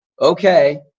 okay